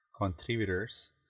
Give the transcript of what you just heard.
contributors